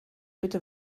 bitte